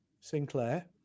Sinclair